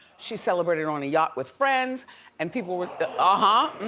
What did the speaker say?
she celebrated on a yacht with friends and people was the, aha.